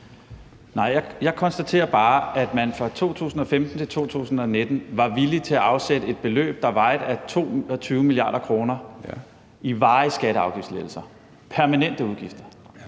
Nej, jeg konstaterer bare, at man fra 2015 til 2019 var villig til at afsætte et beløb, der er på 22 mia. kr. i varige skatte- og afgiftslettelser, permanente udgifter,